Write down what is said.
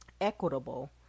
Equitable